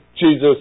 Jesus